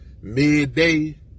Midday